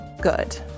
good